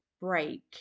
break